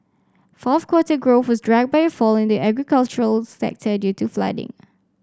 fourth quarter growth was dragged by a fall in the agricultural sector due to flooding